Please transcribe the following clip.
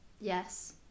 Yes